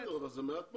בסדר, אבל זה מעט מאוד.